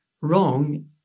wrong